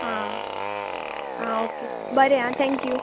हां आं ओके बरें आं थँक्यू